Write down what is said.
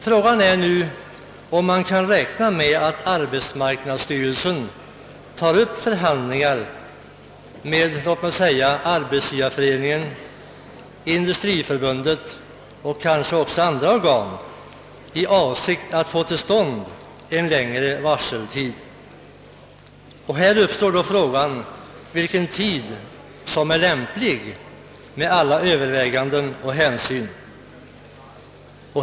Frågan är nu om man kan räkna med att arbetsmarknadsstyrelsen tar upp förhandlingar med låt säga Arbetsgivareföreningen, Industriförbundet och kanske också andra organ i avsikt att få till stånd en längre varseltid. Här uppstår då frågan vilken tid som är lämplig med alla överväganden och hänsyn.